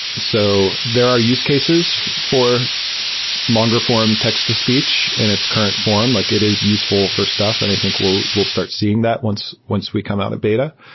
so there are use cases for longer form text-to-speech in its current form. like it is useful for stuff and i think we'll we'll start seeing that once once we come out of beta.